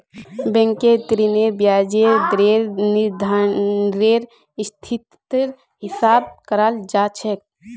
बैंकेर ऋनेर ब्याजेर दरेर निर्धानरेर स्थितिर हिसाब स कराल जा छेक